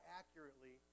accurately